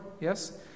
yes